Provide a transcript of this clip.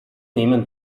nehmen